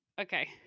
okay